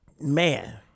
Man